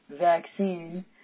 vaccine